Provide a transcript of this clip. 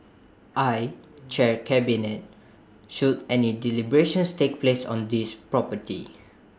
I chair cabinet should any deliberations take place on this property